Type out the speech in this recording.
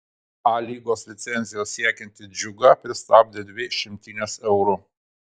a lygos licencijos siekiantį džiugą pristabdė dvi šimtinės eurų